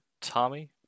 Tommy